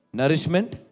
nourishment